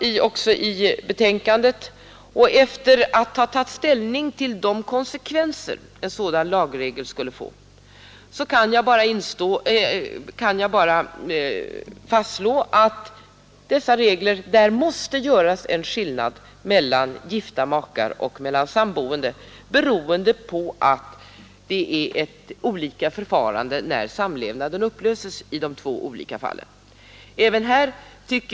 Men sedan jag hade satt mig in i de konsekvenser som en sådan lagregel skulle få kunde jag bara fastslå att i dessa regler måste en skillnad göras mellan gifta makar och samboende, beroende på att förfarandet när samlevnaden upplöses är olika i de två fallen.